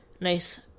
nice